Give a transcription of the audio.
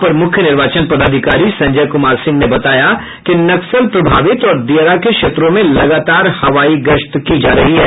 अपर मुख्य निर्वाचन पदाधिकारी संजय कुमार सिंह ने बताया कि नक्सल प्रभावित और दियारा के क्षेत्रों में लगातार हवाई गश्त की जा रही है